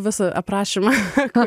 visą aprašymą ką